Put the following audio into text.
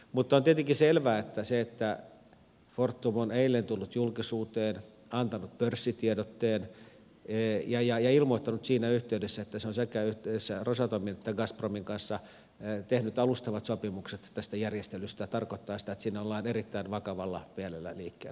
mutta on tietenkin selvää että se että fortum on eilen tullut julkisuuteen antanut pörssitiedotteen ja ilmoittanut siinä yhteydessä että se on yhdessä sekä rosatomin että gazpromin kanssa tehnyt alustavat sopimukset tästä järjestelystä tarkoittaa sitä että siinä ollaan erittäin vakavalla mielellä liikkeellä